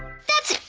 that's it,